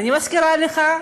אני מזכירה לך,